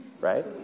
right